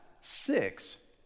six